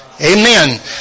Amen